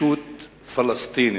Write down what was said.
ישות פלסטינית,